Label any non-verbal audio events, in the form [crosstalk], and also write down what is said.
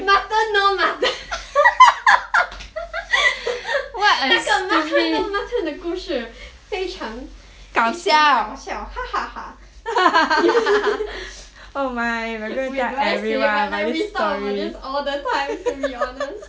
mutton no mutton [laughs] 那个 mutton no mutton 的故事非常很搞笑 [laughs] but should I say but we talk about this all the time to be honest